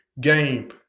game